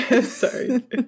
sorry